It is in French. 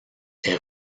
est